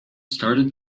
started